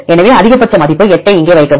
எனவே அதிகபட்ச மதிப்பு 8 ஐ இங்கே வைக்கவும்